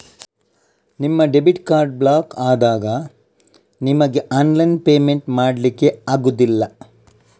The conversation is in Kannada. ನಿಮ್ಮ ಡೆಬಿಟ್ ಕಾರ್ಡು ಬ್ಲಾಕು ಆದಾಗ ನಿಮಿಗೆ ಆನ್ಲೈನ್ ಪೇಮೆಂಟ್ ಮಾಡ್ಲಿಕ್ಕೆ ಆಗುದಿಲ್ಲ